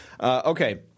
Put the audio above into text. Okay